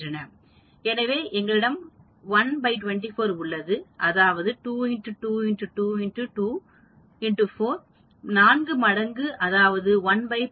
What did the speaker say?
எனவே எங்களிடம் 124 உள்ளது அதாவது 2 x 2 x 2 x 2 4 மடங்கு அதாவது 116